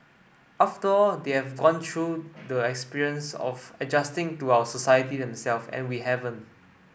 after all they have gone through the experience of adjusting to our society them self and we haven't